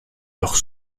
leur